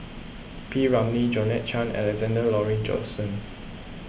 P Ramlee Georgette Chen and Alexander Laurie Johnston